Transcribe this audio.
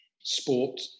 sport